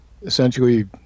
essentially